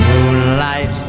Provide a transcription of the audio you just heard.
Moonlight